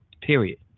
period